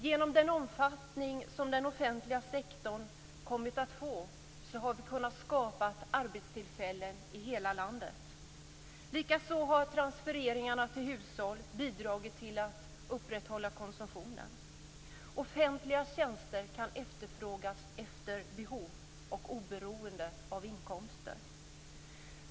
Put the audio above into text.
Genom den omfattning som den offentliga sektorn kommit att få har vi kunnat skapa arbetstillfällen i hela landet. Likaså har transfereringarna till hushållen bidragit till att upprätthålla konsumtionen. Offentliga tjänster kan efterfrågas efter behov och oberoende av inkomster.